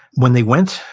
when they went,